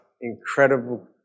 incredible